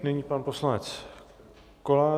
Nyní pan poslanec Kolářík.